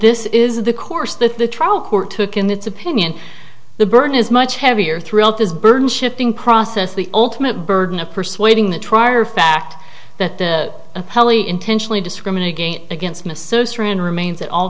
this is the course that the trial court took in its opinion the burden is much heavier throughout this burden shifting process the ultimate burden of persuading the trier of fact that the appellee intentionally discriminate against against mrs frewen remains at all